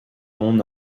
mon